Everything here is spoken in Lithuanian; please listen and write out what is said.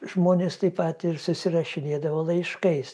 žmonės taip pat ir susirašinėdavo laiškais